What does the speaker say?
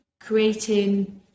creating